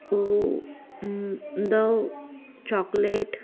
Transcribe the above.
ऊ दव चॉकलेट